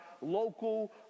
local